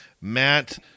Matt